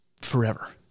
forever